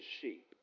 sheep